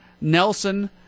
Nelson